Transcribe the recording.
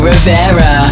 Rivera